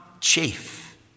chief